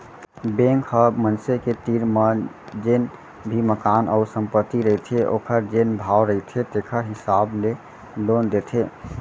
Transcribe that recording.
bank ह मनसे के तीर म जेन भी मकान अउ संपत्ति रहिथे ओखर जेन भाव रहिथे तेखर हिसाब ले लोन देथे